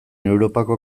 europako